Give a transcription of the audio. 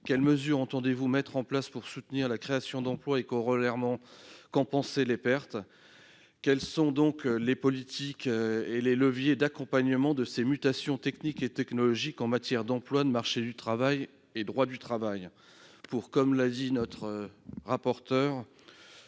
Quelles mesures entend-il mettre en place pour soutenir la création d'emplois et, corolairement, compenser les pertes ? Quels sont les politiques et les leviers d'accompagnement de ces évolutions techniques et technologiques en matière d'emploi, de marché du travail, de droit du travail à